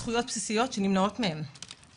זה הזכויות הכי בסיסיות שמגיעות פה לכל אזרח.